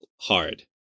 hard